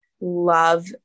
love